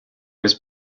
was